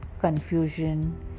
Confusion